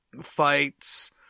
fights